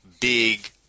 big